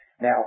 Now